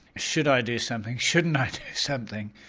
should i do something, shouldn't i do something.